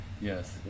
Yes